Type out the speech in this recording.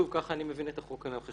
שוב ככה אני מבין את החוק הנוכחי.